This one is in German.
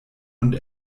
und